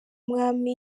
umwami